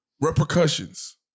repercussions